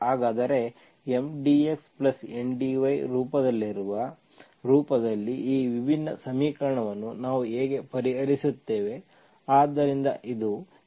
ಹಾಗಾದರೆ M dxN dy ರೂಪದಲ್ಲಿರುವ ರೂಪದಲ್ಲಿ ಈ ವಿಭಿನ್ನ ಸಮೀಕರಣವನ್ನು ನಾವು ಹೇಗೆ ಪರಿಹರಿಸುತ್ತೇವೆ